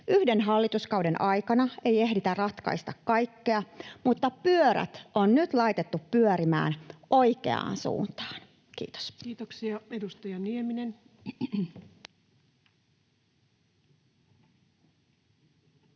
Yhden hallituskauden aikana ei ehditä ratkaista kaikkea, mutta pyörät on nyt laitettu pyörimään oikeaan suuntaan. — Kiitos. Kiitoksia. — Edustaja Nieminen. Arvoisa